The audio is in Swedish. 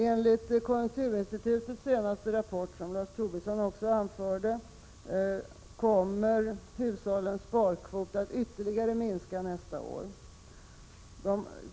Enligt konjunkturinstitutets senaste rapport, som Lars Tobisson också anförde, kommer hushållens sparkvot att ytterligare minska nästa år.